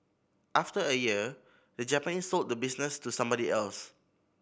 after a year the Japanese sold the business to somebody else